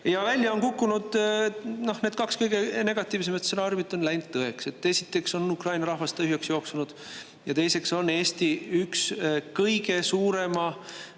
Ja välja on kukkunud, et need kaks kõige negatiivsemat stsenaariumit on läinud tõeks. Esiteks on Ukraina rahvast tühjaks jooksnud ja teiseks on Eesti üks kõige suurema